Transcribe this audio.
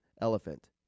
elephant